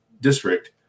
district